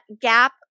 gap